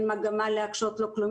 אין מגמה להקשות ולא כלום,